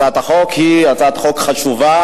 הצעת החוק היא הצעת חוק חשובה,